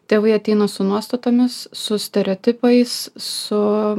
tėvai ateina su nuostatomis su stereotipais su